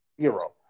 zero